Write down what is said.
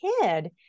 kid